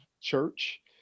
church